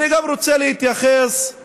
אני רוצה להתייחס גם